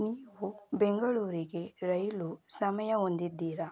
ನೀವು ಬೆಂಗಳೂರಿಗೆ ರೈಲು ಸಮಯ ಹೊಂದಿದ್ದೀರ